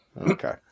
Okay